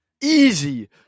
Easy